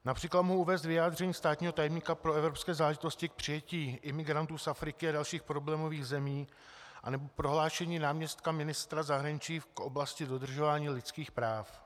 Například mohu uvést vyjádření státního tajemníka pro evropské záležitosti k přijetí imigrantů z Afriky a dalších problémových zemí nebo prohlášení náměstka ministra zahraničí k oblasti dodržování lidských práv.